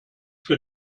für